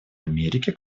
америки